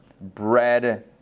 bread